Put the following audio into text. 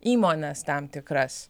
įmones tam tikras